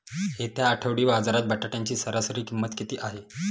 येत्या आठवडी बाजारात बटाट्याची सरासरी किंमत किती आहे?